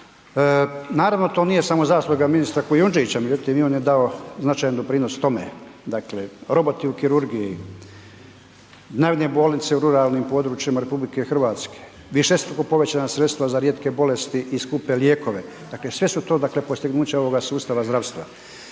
Naravno to nije samo zasluga ministra Kujundžića, međutim i on je dao značajan doprinos tome, dakle roboti u kirurgiji, dnevne bolnice u ruralnim područjima RH, višestruko povećana sredstva za rijetke bolesti i skupe lijekove, dakle sve su dakle postignuća ovoga sustava zdravstva.